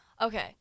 Okay